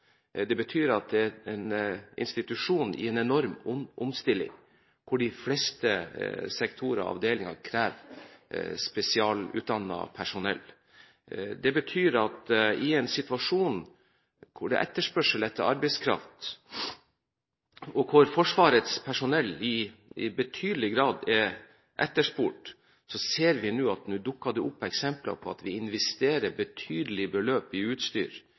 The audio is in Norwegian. Det betyr at det er en institusjon i en enorm omstilling, hvor de fleste sektorer og avdelinger krever spesialutdannet personell. I en situasjon der det er etterspørsel etter arbeidskraft, hvor Forsvarets personell i betydelig grad er etterspurt, ser vi nå eksempler på at vi investerer betydelige beløp i utstyr,